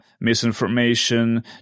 misinformation